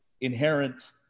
inherent